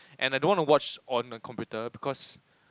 and I don't wanna watch on the computer because